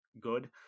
good